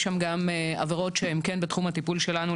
יש שם גם עבירות שהן כן בתחום הטיפול שלנו.